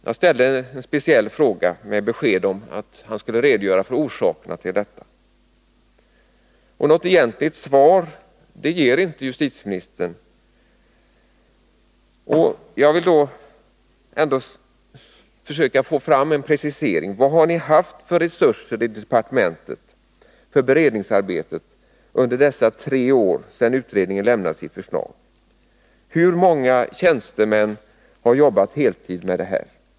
Jag ställde en speciell fråga och ville ha ett besked om orsakerna till detta. Men något egentligt svar ger inte justitieministern. Jag vill ändå försöka få fram en precisering: Vilka resurser har ni i departementet haft för beredningsarbetet under de tre år som gått sedan utredningen lämnade sitt förslag? Hur många tjänstemän har arbetat heltid med det här?